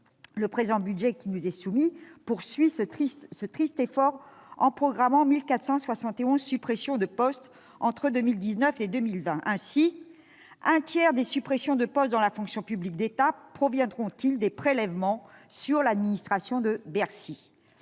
Le budget qui nous est soumis poursuit ce triste effort en programmant 1 471 suppressions de postes entre 2019 et 2020. Ainsi, un tiers des emplois détruits dans la fonction publique d'État le seront dans l'administration de Bercy.